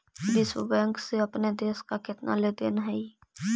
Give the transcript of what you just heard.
विश्व बैंक से अपने देश का केतना लें देन हई